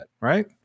Right